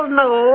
no